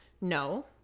No